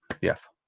Yes